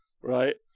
right